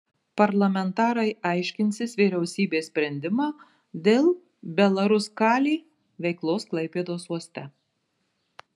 parlamentarai aiškinsis vyriausybės sprendimą dėl belaruskalij veiklos klaipėdos uoste